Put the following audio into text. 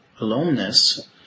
aloneness